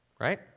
right